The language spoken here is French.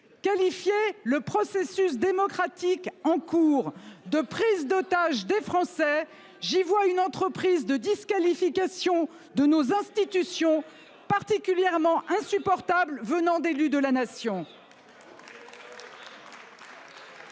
qualifié le processus démocratique en cours de prise d'otages des Français. J'y vois une entreprise de disqualification de nos institutions particulièrement insupportable venant d'élus de la nation. Pour ma